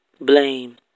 Blame